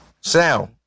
Sound